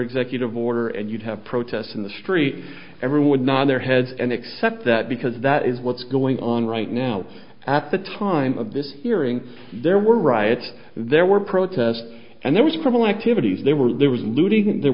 executive order and you'd have protests in the street every would not their heads and except that because that is what's going on right now at the time of this hearing there were riots there were protests and there was criminal activities there were there was looting